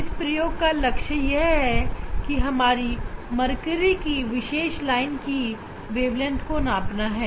इस प्रयोग का लक्ष्य यह है कि हमें मर्करी की विशेष लाइन की वेवलेंथ को नापना है